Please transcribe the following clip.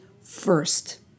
first